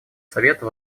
совета